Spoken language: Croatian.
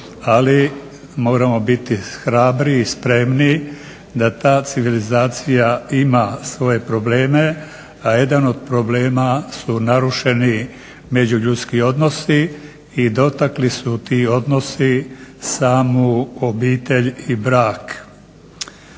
ali moramo biti hrabri i spremni da ta civilizacija ima svoje probleme. A jedan od problema su narušeni međuljudski odnosi. I dotakli su ti odnosi samu obitelj i brak.